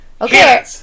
Okay